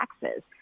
taxes